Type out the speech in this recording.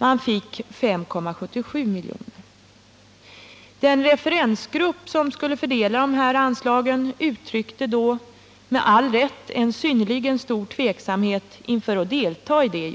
Man fick 5,77 milj.kr. Den referensgrupp som skulle fördela anslagen uttryckte då med all rätt en synnerligen stor tveksamhet inför att delta i jobbet.